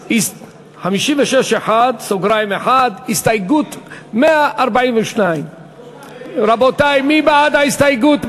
56(1), הסתייגות 142. מי בעד ההסתייגות?